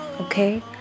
Okay